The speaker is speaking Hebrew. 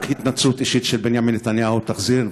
רק התנצלות אישית של בנימין נתניהו תחזיר,